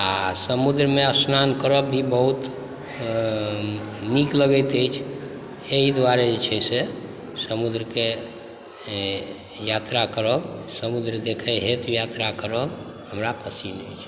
आओर समुद्रमे स्नान करब भी बहुत नीक लगैत अछि अहि दुआरे जे छै से समुद्रके यात्रा करब समुद्र देखै हेतु यात्रा करब हमरा पसिन्न अछि